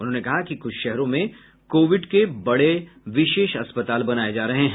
उन्होंने कहा कि कुछ शहरों में कोविड के बड़े विशेष अस्पताल बनाए जा रहे हैं